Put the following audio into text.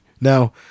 Now